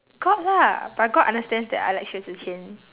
god lah but god understands that I like xue zhi qian